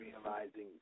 realizing